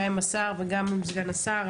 עם השר וסגן השר,